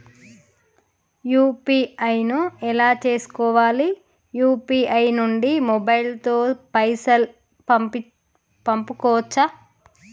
UPI ను ఎలా చేస్కోవాలి యూ.పీ.ఐ నుండి మొబైల్ తో పైసల్ పంపుకోవచ్చా?